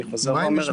אני חוזר ואומר את זה.